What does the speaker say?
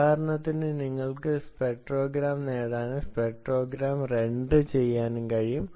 ഉദാഹരണത്തിന് നിങ്ങൾക്ക് സ്പെക്ട്രോഗ്രാം നേടാനും സ്പെക്ട്രോഗ്രാം റെൻഡർ ചെയ്യാനും കഴിയും